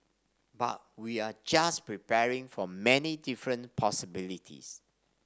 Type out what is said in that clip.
but we're just preparing for many different possibilities